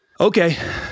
Okay